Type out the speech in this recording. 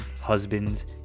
husbands